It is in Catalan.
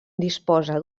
disposa